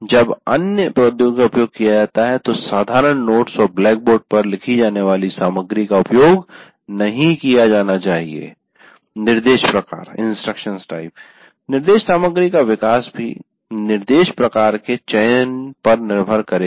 जब अन्य प्रोद्योगिकियों का उपयोग किया जाता है तो साधारण नोट्स और ब्लैकबोर्ड पर लिखी जाने वाली सामग्री का उपयोग नहीं किया जाना चाहिए निर्देश प्रकार निर्देश सामग्री का विकास भी निर्देश प्रकार के चयन पर निर्भर करेगा